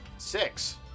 Six